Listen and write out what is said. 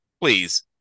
please